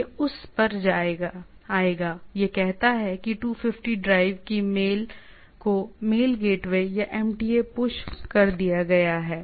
यह उस पर आएगा यह कहता है कि 250 ड्राइव कि मेल को मेल गेटवे या एमटीए पुश कर दिया गया है